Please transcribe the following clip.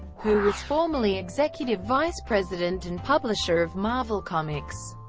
who was formerly executive vice president and publisher of marvel comics.